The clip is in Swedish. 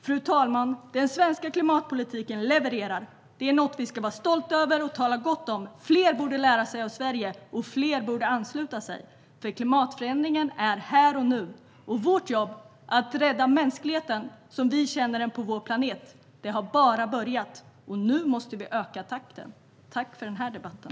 Fru talman! Den svenska klimatpolitiken levererar. Det är något vi ska vara stolta över och tala gott om. Fler borde lära sig av Sverige, och fler borde ansluta sig. Klimatförändringen är här och nu. Vårt jobb - att rädda mänskligheten som vi känner den på vår planet - har bara börjat. Nu måste vi öka takten! Tack för debatten!